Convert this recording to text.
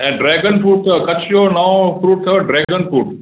ऐं dragon fruit अथव कच्छ जो नओं फ्रूट अथव ड्रैगन फ्रूट